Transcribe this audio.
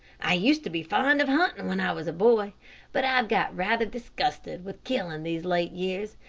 i used to be fond of hunting when i was a boy but i have got rather disgusted with killing these late years,